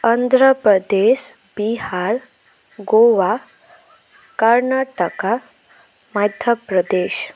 Andhra Pradesh Bihar Goa Karnataka Madhya Pradesh